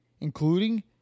including